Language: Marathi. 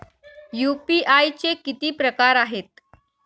यू.पी.आय चे किती प्रकार आहेत?